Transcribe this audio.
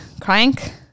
Crank